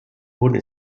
wurden